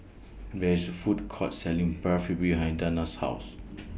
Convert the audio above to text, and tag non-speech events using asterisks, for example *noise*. There IS A Food Court Selling Barfi behind Dana's House *noise*